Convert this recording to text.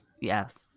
Yes